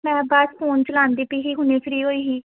ਮੈਂ ਬਸ ਫ਼ੋਨ ਚਲਾਉਂਦੀ ਪਈ ਸੀ ਹੁਣੀ ਫਰੀ ਹੋਈ ਸੀ